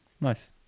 Nice